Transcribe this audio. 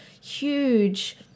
huge